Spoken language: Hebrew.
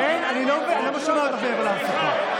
אני לא שומע אותך מעבר למסכה.